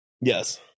Yes